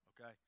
okay